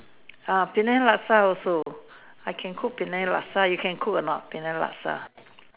ah Penang Laksa also I can cook Penang Laksa you can cook or not Penang Laksa